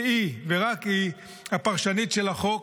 שהיא ורק היא הפרשנית של החוק,